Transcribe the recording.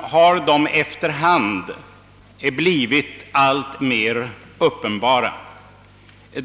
har efter hand blivit alltmer uppenbara.